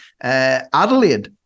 Adelaide